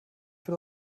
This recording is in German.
für